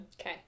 Okay